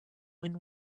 when